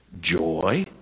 joy